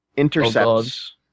intercepts